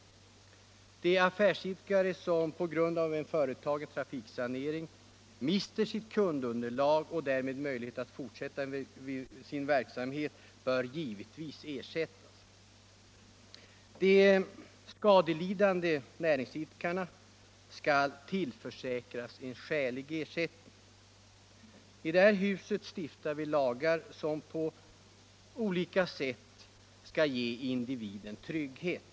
De affärsidkare som på grund av en företagen trafiksanering mister sitt kundunderlag och därmed möjligheten att fortsätta sin verksamhet bör givetvis ersättas. De skadelidande näringsidkarna skall tillförsäkras en skälig ersättning. I det här huset stiftar vi lagar, som på olika sätt skall ge individen trygghet.